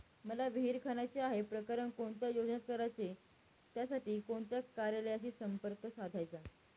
मला विहिर खणायची आहे, प्रकरण कोणत्या योजनेत करायचे त्यासाठी कोणत्या कार्यालयाशी संपर्क साधायचा?